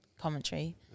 commentary